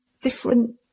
different